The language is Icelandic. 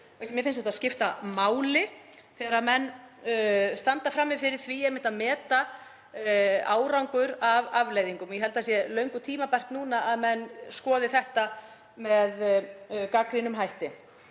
mér finnst þetta skipta máli þegar menn standa frammi fyrir því að meta árangur af aðgerðum. Ég held að það sé löngu tímabært núna að menn skoði þetta með gagnrýnum hætti.